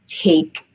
take